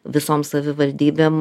visom savivaldybėm